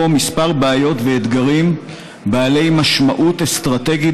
כמה בעיות ואתגרים בעלי משמעות אסטרטגית,